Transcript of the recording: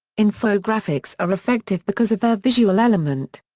infographics are effective because of their visual element.